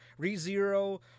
ReZero